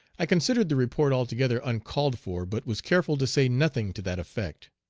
i considered the report altogether uncalled for, but was careful to say nothing to that effect.